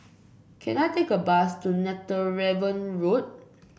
can I take a bus to Netheravon Road